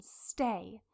Stay